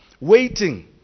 waiting